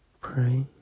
pray